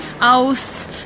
aus